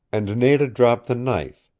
and nada dropped the knife,